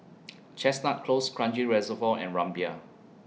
Chestnut Close Kranji Reservoir and Rumbia